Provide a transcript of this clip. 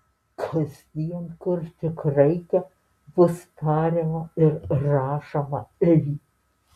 kasdien kur tik reikia bus tariama ir rašoma ei